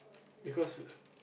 because